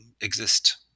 exist